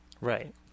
Right